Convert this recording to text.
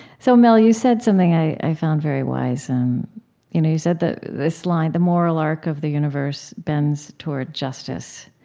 so, mel, you said something i found very wise. and you know you said this line the moral arc of the universe bends toward justice,